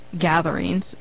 gatherings